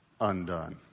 undone